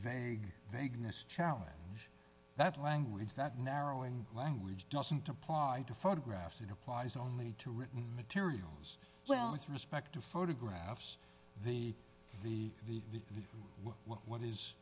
veg vagueness challenge that language that narrowing language doesn't apply to photographs it applies only to written materials well with respect to photographs the the the